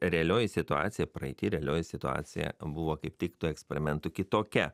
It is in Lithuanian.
realioji situacija praeity realioji situacija buvo kaip tik tų eksperimentų kitokia